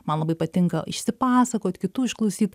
man labai patinka išsipasakot kitų išklausyt